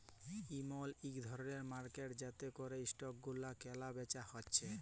ইমল ইক ধরলের মার্কেট যাতে ক্যরে স্টক গুলা ক্যালা বেচা হচ্যে